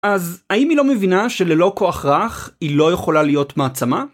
אז האם היא לא מבינה שללא כוח רך היא לא יכולה להיות מעצמה?